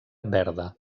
verda